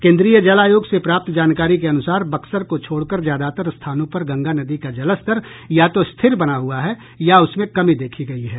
केन्द्रीय जल आयोग से प्राप्त जानकारी के अनुसार बक्सर को छोड़कर ज्यादातर स्थानों पर गंगा नदी का जलस्तर या तो स्थिर बना हुआ है या उसमें कमी देखी गयी है